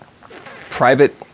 private